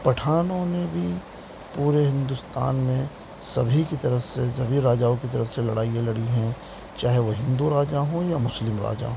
پٹھانوں نے بھی پورے ہندوستان میں سبھی کی طرف سے سبھی راجاؤں کی طرف سے لڑائیاں لڑی ہیں چاہے وہ ہندو راجا ہوں یا مسلم راجا ہوں